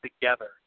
together